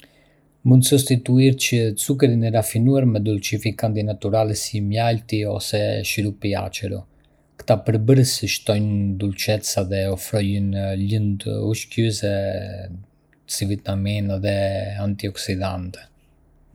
Mund të sostituirsh zukerin e rafinuar me dolcificanti natyralë si mjalti ose shurupi i acero. Këta përbërës shtojnë dulcezza dhe ofrojnë lëndë ushqyese si vitamina dhe antioksidantë.